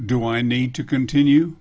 do i need to continue